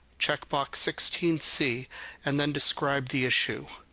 check box sixteen c and then describe the issue.